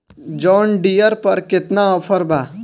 John Deere पर केतना offer बा?